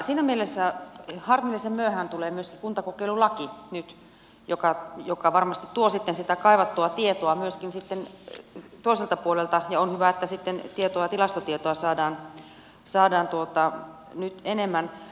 siinä mielessä harmillisen myöhään tulee myöskin kuntakokeilulaki joka varmasti tuo sitä kaivattua tietoa myöskin toiselta puolelta ja on hyvä että tilastotietoa saadaan nyt enemmän